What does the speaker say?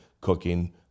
cooking